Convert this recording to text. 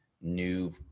new